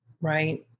right